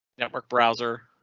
network browser.